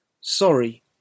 Sorry